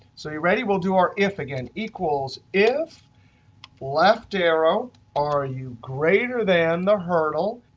so you ready? we'll do our if again. equals if left arrow are you greater than the hurdle,